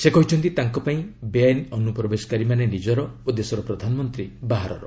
ସେ କହିଛନ୍ତି ତାଙ୍କପାଇଁ ବେଆଇନ ଅନୁପ୍ରବେଶକାରୀମାନେ ନିଜର ଓ ଦେଶର ପ୍ରଧାନମନ୍ତ୍ରୀ ବାହାରର